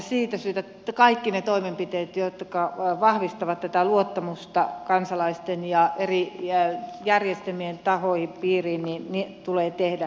siitä syystä kaikki ne toimenpiteet jotka vahvistavat tätä luottamusta kansalaisten ja eri järjestelmien tahoihin piiriin tulee tehdä